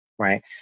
Right